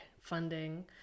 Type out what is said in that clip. funding